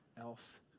else